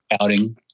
outing